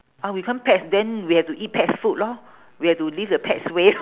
orh we become pets then we have to eat pets food lor we have to live the pets ways